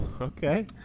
okay